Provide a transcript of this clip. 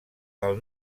del